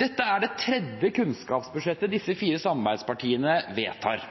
Dette er det tredje kunnskapsbudsjettet disse fire samarbeidspartiene vedtar.